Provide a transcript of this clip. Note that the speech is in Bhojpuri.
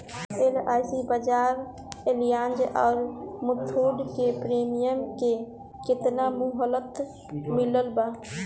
एल.आई.सी बजाज एलियान्ज आउर मुथूट के प्रीमियम के केतना मुहलत मिलल बा?